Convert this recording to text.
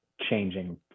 changing